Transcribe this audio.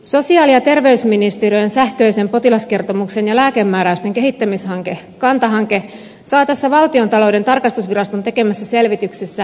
sosiaali ja terveysministeriön sähköisen potilaskertomuksen ja lääkemääräysten kehittämishanke kanta hanke saa tässä valtiontalouden tarkastusviraston tekemässä selvityksessä tylyä palautetta